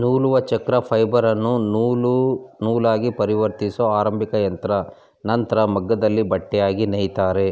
ನೂಲುವಚಕ್ರ ಫೈಬರನ್ನು ನೂಲಾಗಿಪರಿವರ್ತಿಸೊ ಆರಂಭಿಕಯಂತ್ರ ನಂತ್ರ ಮಗ್ಗದಲ್ಲಿ ಬಟ್ಟೆಯಾಗಿ ನೇಯ್ತಾರೆ